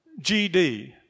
GD